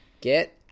Get